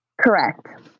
Correct